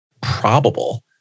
probable